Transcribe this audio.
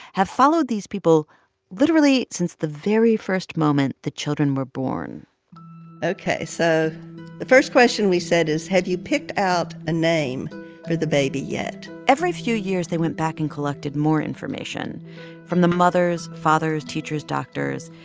have followed these people literally since the very first moment the children were born ok, so the first question we said is, have you picked out a name for the baby yet? every few years, they went back and collected more information from the mothers, fathers, teachers, doctors,